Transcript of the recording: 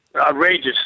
outrageous